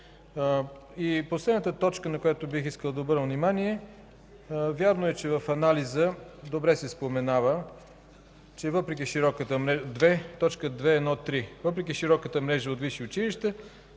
Последната точка, на която бих искал да обърна внимание, е т. 2.1.3. Вярно е, че в анализа добре се споменава, че въпреки широката мрежа от висши училища